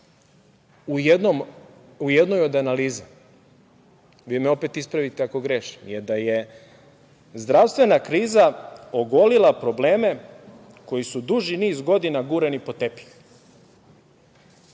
u jednoj od analiza, vi me opet ispravite ako grešim, jer da je zdravstvena kriza ogolila probleme koji su duži niz godina gurani pod tepih.